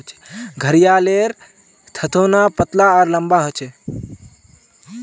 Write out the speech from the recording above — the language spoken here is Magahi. घड़ियालेर थथोना पतला आर लंबा ह छे